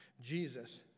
Jesus